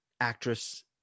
actress